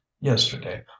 yesterday